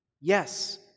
Yes